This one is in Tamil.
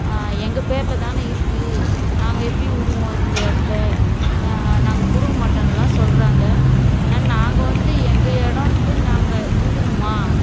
எங்கள் பேரில் தானே இருக்கு நாங்கள் எப்படி விடுவோம் இந்த இடத்த நாங்கள் கொடுக்க மாட்டோம்னு எல்லாம் சொல்லுறாங்க ஆனால் நாங்கள் வந்து எங்கள் இடன்ட்டு நாங்கள் விடுவோமா